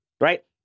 right